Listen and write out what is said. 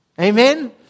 Amen